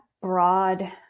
broad